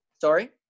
Sorry